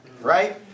right